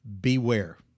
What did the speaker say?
beware